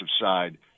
side